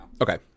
Okay